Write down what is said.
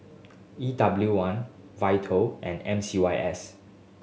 E W one Vital and M C Y S